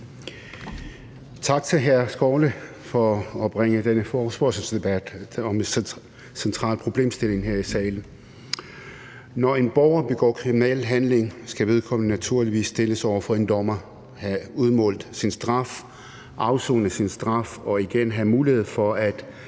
Tak til hr. Sjúrður Skaale for at bringe den her forespørgselsdebat om en central problemstilling ind her i salen. Når en borger begår en kriminel handling, skal vedkommende naturligvis stilles for en dommer, have udmålt sin straf, afsone sin straf og igen have mulighed for at